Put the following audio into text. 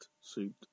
suit